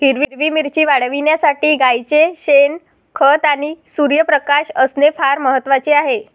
हिरवी मिरची वाढविण्यासाठी गाईचे शेण, खत आणि सूर्यप्रकाश असणे फार महत्वाचे आहे